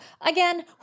Again